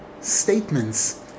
statements